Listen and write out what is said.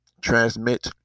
transmit